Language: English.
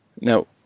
Now